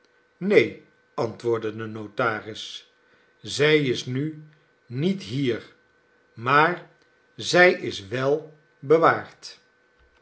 neen antwoordde de notaris zij is nu niet hier maar zij is wel bewaard